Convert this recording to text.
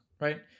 Right